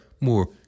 more